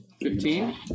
Fifteen